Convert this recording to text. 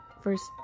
first